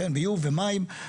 ביוב ומים,